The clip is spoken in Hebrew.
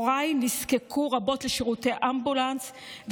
הוריי נזקקו רבות לשירותי אמבולנס,